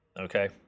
okay